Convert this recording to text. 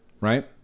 right